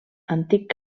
antic